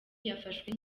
yafashwe